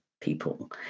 people